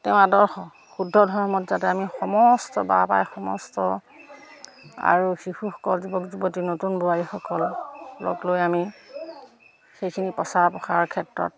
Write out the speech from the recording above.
তেওঁৰ আদৰ্শ শুদ্ধ ধৰ্মত যাতে আমি সমস্ত বাপ আই সমস্ত আৰু শিশুসকল যুৱক যুৱতী নতুন বোৱাৰীসকল লগ লৈ আমি সেইখিনিৰ প্ৰচাৰ প্ৰসাৰৰ ক্ষেত্ৰত